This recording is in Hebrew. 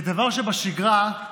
כדבר שבשגרה,